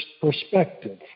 perspective